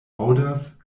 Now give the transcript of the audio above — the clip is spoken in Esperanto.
aŭdas